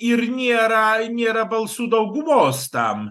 ir nėra nėra balsų daugumos tam